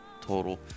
total